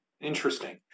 Interesting